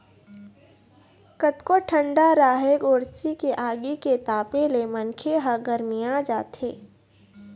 कतको ठंडा राहय गोरसी के आगी के तापे ले मनखे ह गरमिया जाथे